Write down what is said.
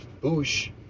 Bush